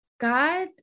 God